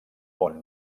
món